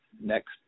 next